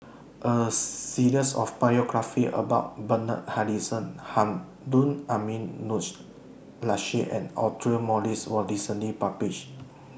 A series of biographies about Bernard Harrison Harun Aminurrashid and Audra Morrice was recently published